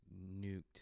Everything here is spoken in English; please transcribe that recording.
Nuked